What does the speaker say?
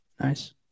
Nice